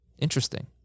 Interesting